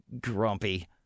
grumpy